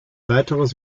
weiteres